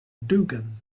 dugan